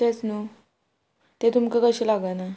तेंच न्हू तें तुमकां कशें लागना